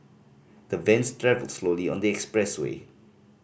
the vans travelled slowly on the expressway